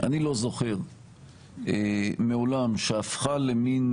אני לא זוכר מעולם שהפכה למין